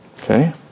Okay